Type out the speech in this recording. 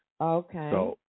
Okay